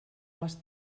les